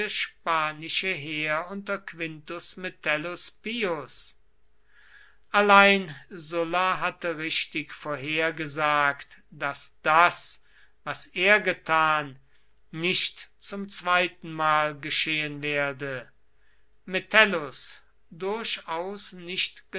spanische heer unter quintus metellus pius allein sulla hatte richtig vorhergesagt daß das was er getan nicht zum zweitenmal geschehen werde metellus durchaus nicht